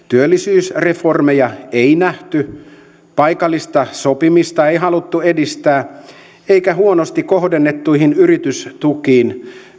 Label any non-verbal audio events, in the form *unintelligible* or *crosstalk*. *unintelligible* työllisyysreformeja ei nähty paikallista sopimista ei haluttu edistää eikä huonosti kohdennettuihin yritystukiin